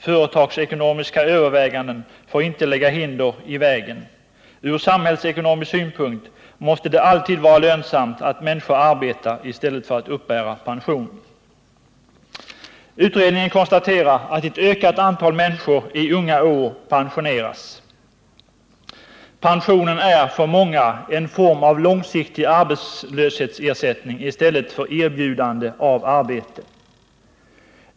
Företagsekonomiska överväganden får inte lägga hinder i vägen. Från samhällsekonomisk synpunkt måste det alltid vara lönsamt att människor arbetar i stället för att uppbära pension. Utredningen konstaterar att ett ökat antal människor i unga år pensioneras. Pensionen är för många en form av långsiktig arbetslöshetsersättning i stället för erbjudande av arbete.